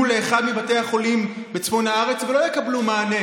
לאחד מבתי החולים בצפון הארץ ולא יקבלו מענה,